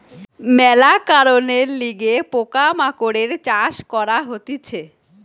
মেলা কারণের লিগে পোকা মাকড়ের চাষ করা হতিছে